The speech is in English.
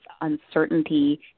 uncertainty